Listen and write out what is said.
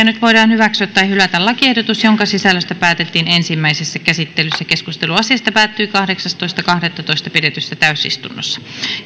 nyt voidaan hyväksyä tai hylätä lakiehdotus jonka sisällöstä päätettiin ensimmäisessä käsittelyssä keskustelu asiasta päättyi kahdeksastoista kahdettatoista kaksituhattaseitsemäntoista pidetyssä täysistunnossa